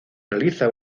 realiza